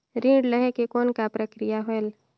ऋण लहे के कौन का प्रक्रिया होयल?